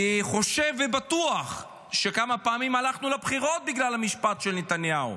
אני חושב ובטוח שכמה פעמים הלכנו לבחירות בגלל המשפט של נתניהו.